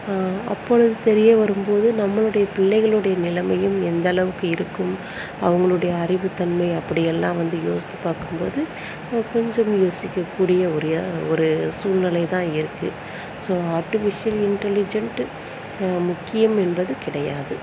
அப்பொழுது தெரிய வரும் போது நம்மளுடைய பிள்ளைகளுடைய நிலைமையும் எந்த அளவுக்கு இருக்கும் அவங்களோடைய அறிவு தன்மை அப்படி எல்லாம் வந்து யோசித்து பார்க்கும் போது கொஞ்சம் யோசிக்கக்கூடிய ஒரு சூழ்நிலை தான் இருக்குது ஸோ அர்டிஃபிஷியல் இன்டெலிஜெண்ட்டு முக்கியம் என்பது கிடையாது